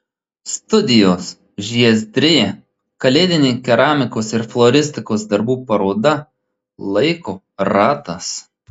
studijos žiezdrė kalėdinė keramikos ir floristikos darbų paroda laiko ratas